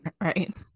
right